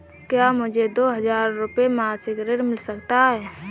क्या मुझे दो हज़ार रुपये मासिक ऋण मिल सकता है?